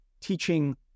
teaching